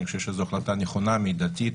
אני חושב שזאת החלטה נכונה, מידתית,